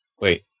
Wait